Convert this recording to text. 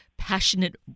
passionate